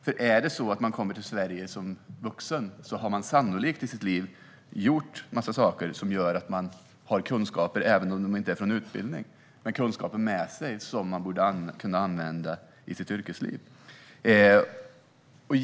Kommer man till Sverige som vuxen har man nämligen sannolikt gjort en massa saker i sitt liv som gör att man har kunskaper, även om de inte kommer från utbildning, som man borde kunna använda i sitt yrkesliv.